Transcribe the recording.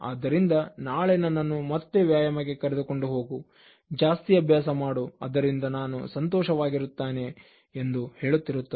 ಆದ್ದರಿಂದ ನಾಳೆ ನನ್ನನ್ನು ಮತ್ತೆ ವ್ಯಾಯಾಮಕ್ಕೆ ಕರೆದುಕೊಂಡು ಹೋಗು ಜಾಸ್ತಿ ಅಭ್ಯಾಸ ಮಾಡು ಆದ್ದರಿಂದ ನಾನು ಸಂತೋಷವಾಗಿರುತ್ತೇನೆ ಎಂದು ಹೇಳುತ್ತಿರುತ್ತದೆ